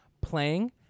playing